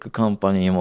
company